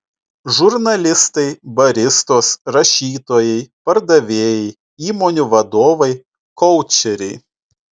žurnalistai baristos rašytojai pardavėjai įmonių vadovai koučeriai